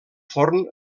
forn